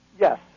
Yes